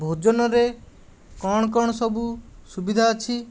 ଭୋଜନରେ କ'ଣ କ'ଣ ସବୁ ସୁବିଧା ଅଛି